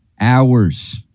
hours